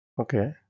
Okay